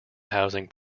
housing